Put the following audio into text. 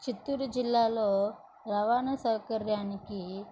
చిత్తూరుజిల్లాలో రవాణాసౌకర్యానికి